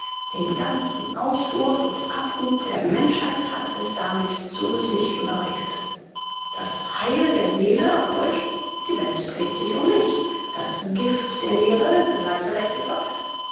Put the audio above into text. den ganzen auswurf und abhub der menschheit hat es damit zu sich überredet das heil der seele auf deutsch die welt dreht sich um mich das gift der lehre gleiche rechte für alle